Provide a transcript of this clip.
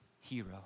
hero